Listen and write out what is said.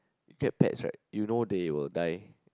cat pets right you know they will die